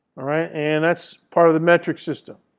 all right? and that's part of the metric system.